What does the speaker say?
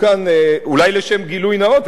אולי לשם גילוי נאות,